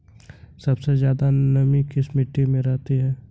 सबसे ज्यादा नमी किस मिट्टी में रहती है?